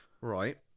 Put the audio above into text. Right